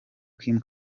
kim